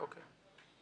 אוקיי.